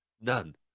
None